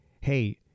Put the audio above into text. Hey